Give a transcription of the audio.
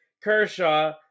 Kershaw